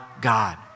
God